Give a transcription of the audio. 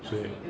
谁